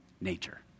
nature